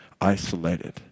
isolated